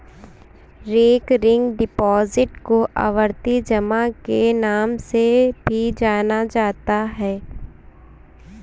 recurring deposit को आवर्ती जमा के नाम से भी जाना जाता है